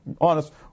honest